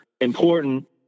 important